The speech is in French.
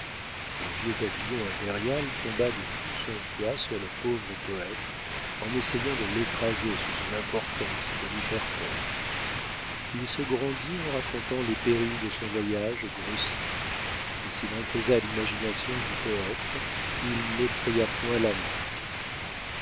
le vieux papillon impérial tomba de tout son poids sur le pauvre poète en essayant de l'écraser sous son importance et de lui faire peur il se grandit en racontant les périls de son voyage grossis mais s'il imposa à l'imagination du poète il n'effraya point l'amant